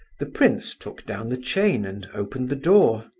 the prince took down the chain and opened the door.